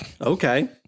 Okay